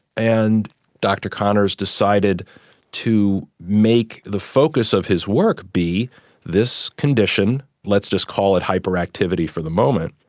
and dr connors decided to make the focus of his work be this condition, let's just call it hyperactivity for the moment,